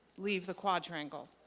leave the quadrangle.